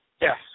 Yes